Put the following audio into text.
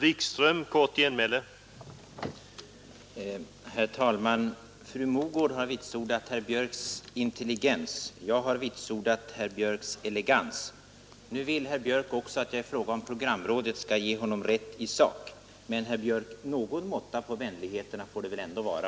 Herr talman! Fru Mogård har vitsordat herr Björks i Göteborg intelligens. Jag har vitsordat herr Björks elegans. Nu vill herr Björk också att jag i fråga om programrådet skall ge honom rätt i sak. Men, herr Björk, någon måtta på vänligheterna får det väl ändå vara!